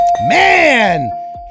Man